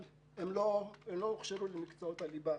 אבל הם לא הוכשרו למקצועות הליבה,